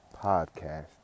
Podcast